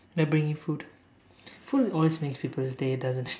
then I bring in food food always makes people's day doesn't it